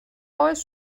oes